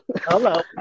Hello